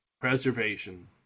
preservation